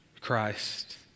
Christ